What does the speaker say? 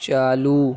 چالو